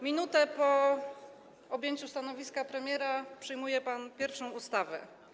Minutę po objęciu stanowiska premiera przyjmuje pan pierwszą ustawę.